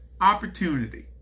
opportunity